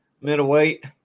middleweight